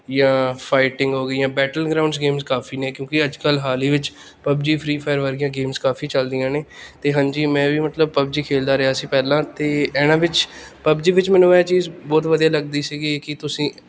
ਜਾਂ ਫਾਈਟਿੰਗ ਹੋ ਗਈਆਂ ਬੈਟਲ ਗਰਾਊਂਡ ਗੇਮਸ ਕਾਫੀ ਨੇ ਕਿਉਂਕਿ ਅੱਜ ਕੱਲ੍ਹ ਹਾਲ ਹੀ ਵਿੱਚ ਪਬਜੀ ਫਰੀ ਫਾਇਰ ਵਰਗੀਆਂ ਗੇਮਜ਼ ਕਾਫੀ ਚੱਲਦੀਆਂ ਨੇ ਅਤੇ ਹਾਂਜੀ ਮੈਂ ਵੀ ਮਤਲਬ ਪਬਜੀ ਖੇਡਦਾ ਰਿਹਾ ਸੀ ਪਹਿਲਾਂ ਤਾਂ ਇਹਨਾਂ ਵਿੱਚ ਪਬਜੀ ਵਿੱਚ ਮੈਨੂੰ ਇਹ ਚੀਜ਼ ਬਹੁਤ ਵਧੀਆ ਲੱਗਦੀ ਸੀਗੀ ਕਿ ਤੁਸੀਂ